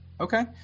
Okay